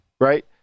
right